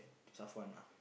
Safuwan ah